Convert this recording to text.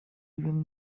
even